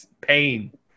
pain